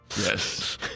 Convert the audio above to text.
Yes